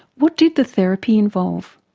what did the therapy involve?